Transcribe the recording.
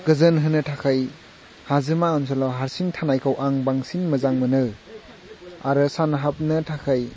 गोजोन होनो थाखाय हाजोमा ओनसोलाव हारसिं थानायखौ आं बांसिन मोजां मोनो आरो सानहाबनो थाखाय